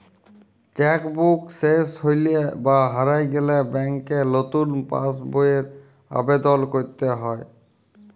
cheque book শেস হৈলে বা হারায় গেলে ব্যাংকে লতুন পাস বইয়ের আবেদল কইরতে হ্যয়